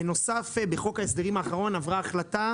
בנוסף, בחוק ההסדרים האחרון עברה החלטה